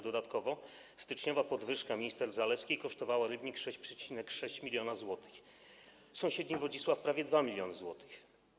Dodatkowo styczniowa podwyżka minister Zalewskiej kosztowała Rybnik 6,6 mln zł, a sąsiedni Wodzisław - prawie 2 mln zł.